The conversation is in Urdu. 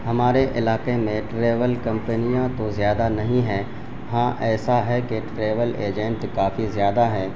ہمارے علاقے میں ٹریول کمپنیاں تو زیادہ نہیں ہیں ہاں ایسا ہے کہ ٹریول ایجنٹ کافی زیادہ ہے